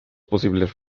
posibles